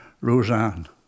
Roseanne